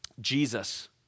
Jesus